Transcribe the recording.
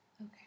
Okay